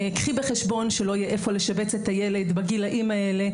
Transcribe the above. קחי בחשבון שלא יהיה איפה לשבץ את הילד בגילאים האלה.